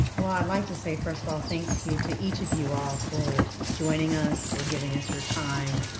i'd like to say, first of all, thank you to each of you all for joining us, for giving us your time,